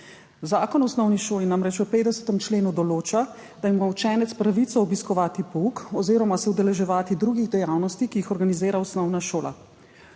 Zakon o osnovni šoli namreč v 50. členu določa, da ima učenec pravico obiskovati pouk oziroma se udeleževati drugih dejavnosti, ki jih organizira osnovna šola.